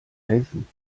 helfen